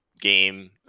game